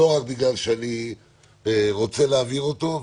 לא רק בגלל שאני רוצה להעביר אותו,